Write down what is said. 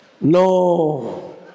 No